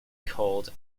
called